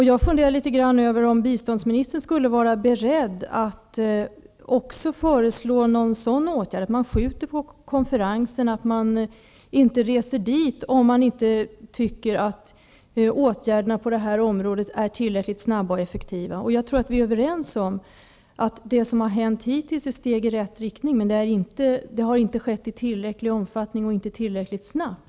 Jag funderar litet grand över om biståndsministern skulle vara beredd att också föreslå en åtgärd som innebär att man skjuter på konferensen eller att man inte reser dit om man inte tycker att åtgärderna på det här området är tillräckligt snabba och effektiva. Jag tror att vi är överens om att det som har hänt hittills är steg i rätt riktning, men det har inte skett i tillräcklig omfattning och inte tillräckligt snabbt.